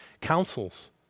councils